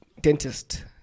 Dentist